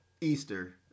Easter